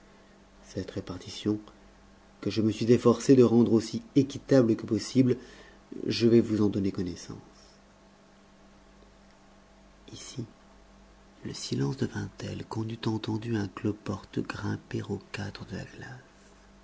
cette répartition que je me suis efforcé de rendre aussi équitable que possible je vais vous en donner connaissance ici le silence devint tel qu'on eût entendu un cloporte grimper au cadre de la glace